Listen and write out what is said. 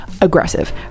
aggressive